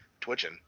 Twitching